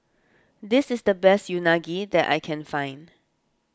this is the best Unagi that I can find